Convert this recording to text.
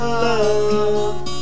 love